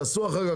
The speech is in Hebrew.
תעשו החרגה,